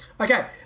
Okay